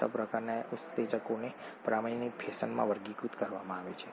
છ પ્રકારના ઉત્સેચકોને પ્રમાણિત ફેશનમાં વર્ગીકૃત કરવામાં આવે છે